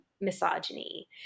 misogyny